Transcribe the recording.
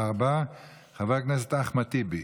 מין חיבור בין הימין לבין חלק מהצעירים הערבים.